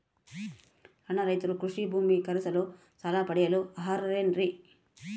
ಸಣ್ಣ ರೈತರು ಕೃಷಿ ಭೂಮಿ ಖರೇದಿಸಲು ಸಾಲ ಪಡೆಯಲು ಅರ್ಹರೇನ್ರಿ?